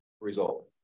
result